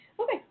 Okay